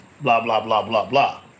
blah-blah-blah-blah-blah